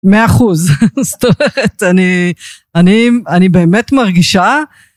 מאה אחוז, זאת אומרת, אני באמת מרגישה...